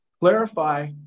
Clarify